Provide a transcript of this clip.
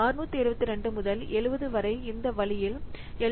672 முதல் 70 வரை இந்த வழியில் எல்